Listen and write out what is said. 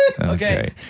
Okay